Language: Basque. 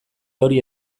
hori